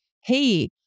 hey